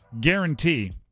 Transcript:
guarantee